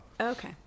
Okay